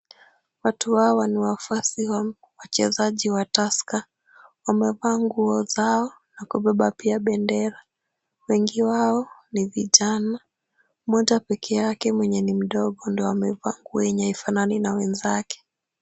Watu hawa ni wafuasi wa wachezaji wa Tusker, wamevaa nguo zao na kubeba pia bendera. Wengi wao ni vijana moja peke yake mwenye ni mdogo ndio amevaa nguo haifanani na wenzake.